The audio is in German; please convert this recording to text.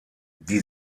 die